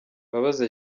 mbabazi